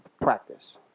Practice